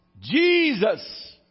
Jesus